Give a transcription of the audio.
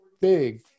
big